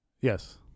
Yes